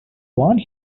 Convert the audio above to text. want